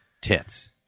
tits